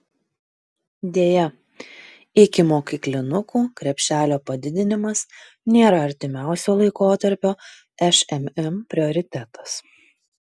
deja ikimokyklinukų krepšelio padidinimas nėra artimiausio laikotarpio šmm prioritetas